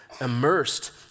immersed